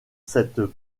cette